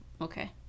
Okay